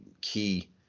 key